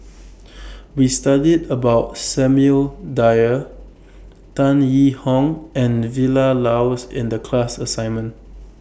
We studied about Samuel Dyer Tan Yee Hong and Vilma Laus in The class assignment